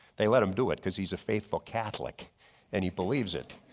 they let him do it because he's a faithful catholic and he believes it.